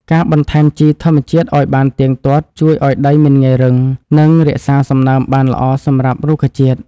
ការបន្ថែមជីធម្មជាតិឱ្យបានទៀងទាត់ជួយឱ្យដីមិនងាយរឹង និងរក្សាសំណើមបានល្អសម្រាប់រុក្ខជាតិ។